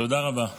תודה רבה.